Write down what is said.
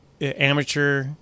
amateur